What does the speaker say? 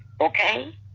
Okay